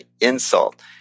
insult